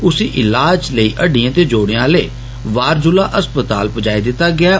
उसी इलाज लेई हड्डियें ते जोड़ें आह्ले बारजुल्ला अस्पताल पुज्जाई दित्त गेआ हा